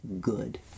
good